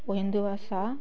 ଓ ହିନ୍ଦୀ ଭାଷା